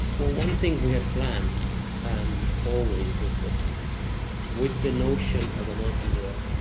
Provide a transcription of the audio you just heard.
well, one thing we had planned um always was that with the notion of a multi-year